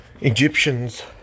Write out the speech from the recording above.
Egyptians